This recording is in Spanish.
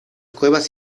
cuevas